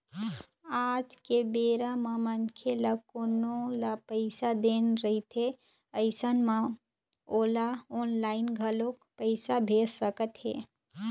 आज के बेरा म मनखे ल कोनो ल पइसा देना रहिथे अइसन म ओला ऑनलाइन घलोक पइसा भेज सकत हे